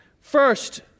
First